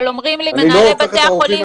אבל אומרים לי מנהלי בתי החולים